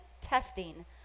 testing